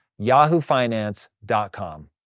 yahoofinance.com